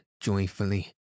joyfully